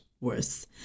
worse